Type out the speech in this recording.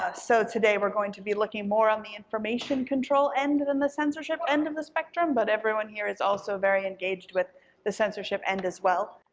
ah so today we're going to be looking more on the information control end then the censorship end of the spectrum, but everyone here is also very engaged with the censorship end, as well.